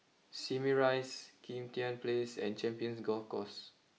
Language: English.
Simei Rise Kim Tian place and Champions Golf Course